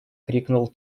крикнул